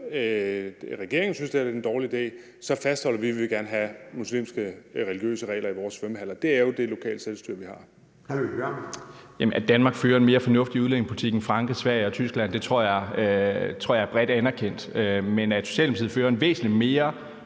regeringen synes, at det her er en dårlig idé, fastholder vi, at vi gerne vil have muslimske religiøse regler i vores svømmehaller. Det er jo det lokale selvstyre, vi har. Kl. 13:31 Formanden (Søren Gade): Hr. Mikkel Bjørn. Kl. 13:31 Mikkel Bjørn (DF): At Danmark fører en mere fornuftig udlændingepolitik end Frankrig, Sverige og Tyskland, tror jeg er bredt anerkendt. Men at Socialdemokratiet fører en væsentlig mere